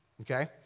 Okay